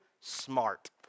smart